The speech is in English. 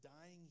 dying